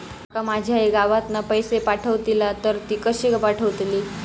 माका माझी आई गावातना पैसे पाठवतीला तर ती कशी पाठवतली?